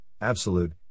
absolute